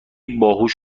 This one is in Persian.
باهوش